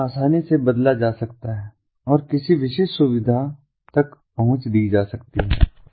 उन्हें आसानी से बदला जा सकता है और किसी विशेष सुविधा तक पहुंच दी जा सकती है